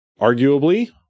arguably